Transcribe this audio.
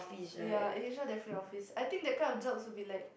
ya in H_R definitely office I think that kind of jobs will be like